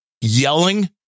yelling